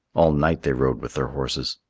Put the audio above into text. all night they rode with their horses.